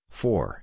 four